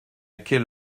quelle